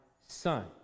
Son